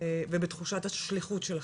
ובתחושת השליחות שלכם.